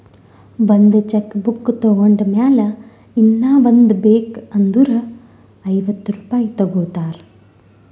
ಒಂದ್ cheque book ತೊಂಡ್ ಮ್ಯಾಲ ಇನ್ನಾ ಒಂದ್ ಬೇಕ್ ಅಂದುರ್ ಐವತ್ತ ರುಪಾಯಿ ತಗೋತಾರ್